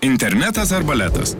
internetas ar baletas